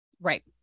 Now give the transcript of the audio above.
right